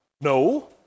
No